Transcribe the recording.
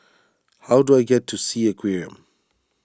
how do I get to Sea Aquarium